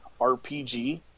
RPG